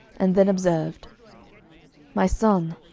and then observed my son,